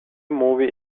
movie